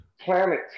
planet